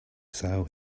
sale